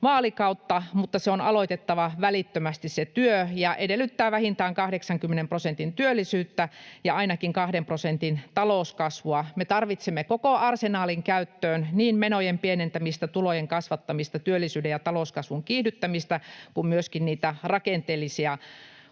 vaalikautta, mutta se työ on aloitettava välittömästi ja edellyttää vähintään 80 prosentin työllisyyttä ja ainakin kahden prosentin talouskasvua. Me tarvitsemme koko arsenaalin käyttöön niin menojen pienentämistä, tulojen kasvattamista, työllisyyden ja talouskasvun kiihdyttämistä kuin myöskin niitä rakenteellisia